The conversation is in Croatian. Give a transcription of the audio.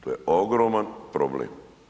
To je ogroman problem.